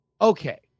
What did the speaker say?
okay